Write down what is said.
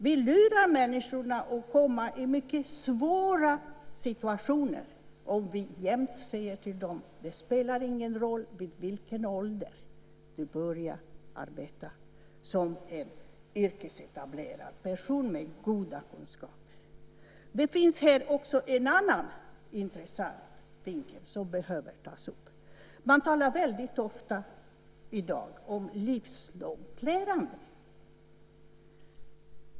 Vi lurar människor att komma i mycket svåra situationer om vi jämt säger till dem att det inte spelar någon roll vid vilken ålder man börjar arbeta som yrkesetablerad person med goda kunskaper. Det finns här också en annan intressant vinkel som behöver tas upp. Man talar i dag väldigt ofta om livslångt lärande.